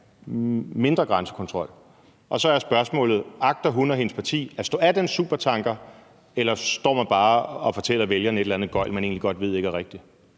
mindre grænsekontrol, og så er spørgsmålet: Agter hun og hendes parti at stå af den supertanker, eller står man bare fortæller vælgerne et eller andet gøgl, man egentlig godt ved ikke er rigtigt?